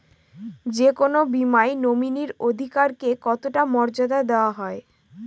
যে কোনো বীমায় নমিনীর অধিকার কে কতটা মর্যাদা দেওয়া হয়?